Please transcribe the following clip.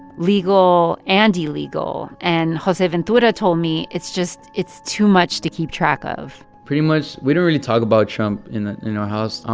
legal and illegal, and joseventura told me it's just it's too much to keep track of pretty much, we don't really talk about trump in our ah you know house. um